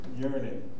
yearning